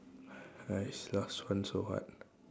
!hais! last one so hard